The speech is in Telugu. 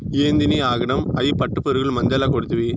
ఏందినీ ఆగడం, అయ్యి పట్టుపురుగులు మందేల కొడ్తివి